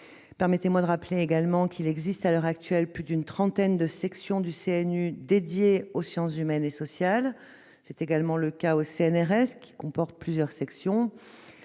Permettez-moi de rappeler également qu'il existe à l'heure actuelle plus d'une trentaine de sections du CNU dédiées aux sciences humaines et sociales. C'est également le cas au CNRS, qui comporte plusieurs sections.